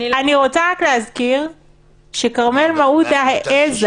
אני רוצה רק להזכיר שכרמל מעודה העזה